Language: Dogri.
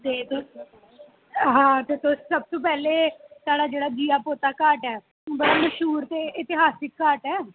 सब तूं पैह्ले साढ़े अखनूर दी खूबसूरती ते चिनाव दरिया कन्नै गै औंदी ऐ